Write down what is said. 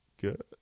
good